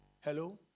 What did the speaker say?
Hello